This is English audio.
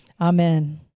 Amen